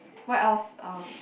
what else uh